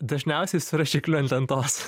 dažniausiai su rašikliu ant lentos